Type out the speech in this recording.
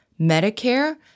Medicare